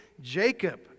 Jacob